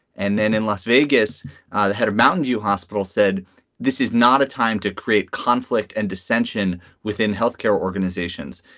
and then in las vegas, the head of mountain view hospital said this is not a time to create conflict and dissension within health care organizations.